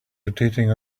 rotating